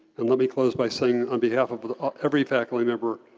and let me close by saying on behalf of but ah every faculty member,